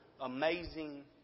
amazing